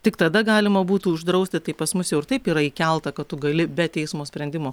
tik tada galima būtų uždrausti tai pas mus jau taip yra įkelta kad tu gali bet teismo sprendimo